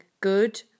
good